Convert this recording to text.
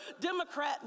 Democrat